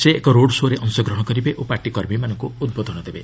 ସେ ଏକ ରୋଡ଼୍ ଶୋ'ରେ ଅଂଶଗ୍ରହଣ କରିବେ ଓ ପାର୍ଟି କର୍ମୀମାନଙ୍କୁ ଉଦ୍ବୋଧନ ଦେବେ